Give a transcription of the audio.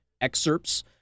excerpts